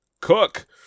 Cook